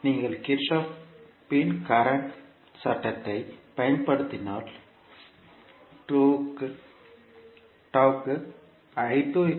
எனவே நீங்கள் கிர்ச்சோப்பின் கரண்ட் சட்டத்தைப் Kirchhoff's current law பயன்படுத்தினால் டூவுக்கு கிடைக்கும்